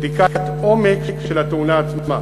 בדיקת עומק של התאונה עצמה.